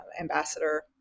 ambassador